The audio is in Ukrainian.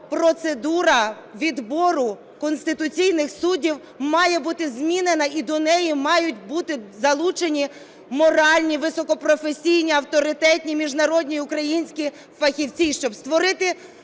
процедура відбору конституційних суддів має бути змінена і до неї мають бути залучені моральні, високопрофесійні, авторитетні міжнародні й українські фахівці, щоб створити